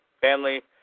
family